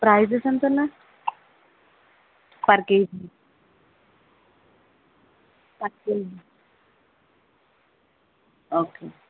prices ఎంతన్నాయి per KG per KG okay